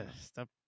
stop